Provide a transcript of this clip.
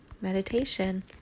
meditation